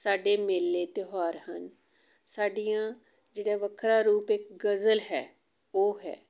ਸਾਡੇ ਮੇਲੇ ਤਿਉਹਾਰ ਹਨ ਸਾਡੀਆਂ ਜਿਹੜਾ ਵੱਖਰਾ ਰੂਪ ਇੱਕ ਗਜ਼ਲ ਹੈ ਉਹ ਹੈ